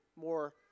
more